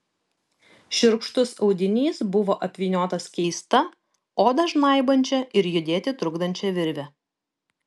šiurkštus audinys buvo apvyniotas keista odą žnaibančia ir judėti trukdančia virve